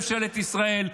ממשלת ישראל?